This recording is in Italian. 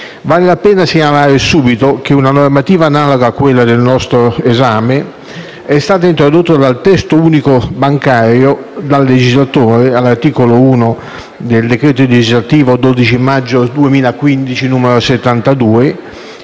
Vale la pena segnalare subito che una normativa analoga a quella al nostro esame è stata introdotta nel testo unico bancario dal legislatore (articolo 1 del decreto legislativo del 12 maggio 2015, n. 72)